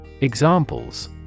Examples